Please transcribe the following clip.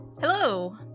Hello